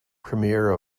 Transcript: premier